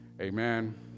Amen